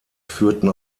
führten